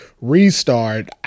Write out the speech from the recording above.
restart